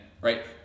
right